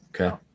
Okay